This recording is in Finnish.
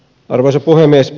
arvoisa puhemies